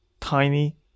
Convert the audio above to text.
tiny